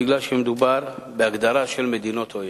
מפני שמדובר בהגדרה של מדינות אויב,